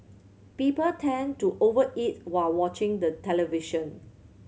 people tend to over eat while watching the television